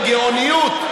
בגאוניות,